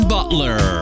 Butler